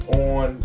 on